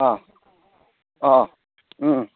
ꯑꯥ ꯑꯥ ꯎꯝ